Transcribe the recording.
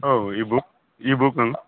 औ इ बुक ओं